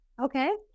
okay